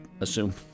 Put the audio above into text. assume